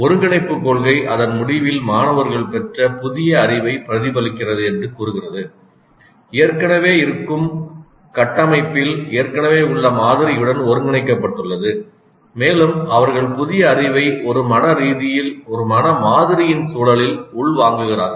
ஒருங்கிணைப்புக் கொள்கை அதன் முடிவில் மாணவர்கள் பெற்ற புதிய அறிவைப் பிரதிபலிக்கிறது என்று கூறுகிறது ஏற்கனவே இருக்கும் கட்டமைப்பில் ஏற்கனவே உள்ள மாதிரியுடன் ஒருங்கிணைக்கப்பட்டுள்ளது மேலும் அவர்கள் புதிய அறிவை ஒரு மன மாதிரியின் சூழலில் உள்வாங்குகிறார்கள்